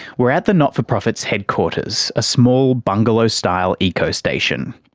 we're at the not-for-profit's headquarters, a small bungalow-style eco-station.